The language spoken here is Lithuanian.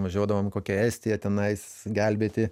važiuodavom į kokią estiją tenais gelbėti